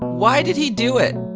why did he do it?